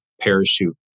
parachute